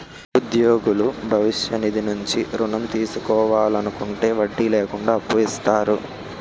ఉద్యోగులు భవిష్య నిధి నుంచి ఋణం తీసుకోవాలనుకుంటే వడ్డీ లేకుండా అప్పు ఇస్తారు